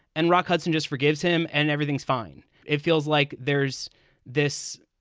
and rock hudson just forgives him and everything's fine. it feels like there's this.